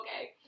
Okay